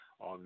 on